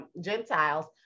Gentiles